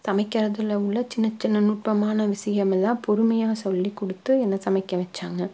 சமைக்கிறதில் உள்ள சின்ன சின்ன நுட்பமான விஷயமெல்லாம் பொறுமையாக சொல்லிக் கொடுத்து என்னை சமைக்க வச்சாங்க